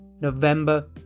November